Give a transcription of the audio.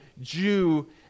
Jew